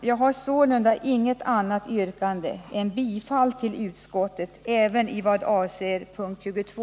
Jag har sålunda inget annat yrkande än om bifall till utskottets hemställan även i vad avser punkt 22.